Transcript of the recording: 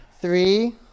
Three